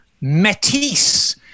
matisse